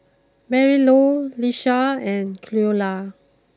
Marylou Lisha and Cleola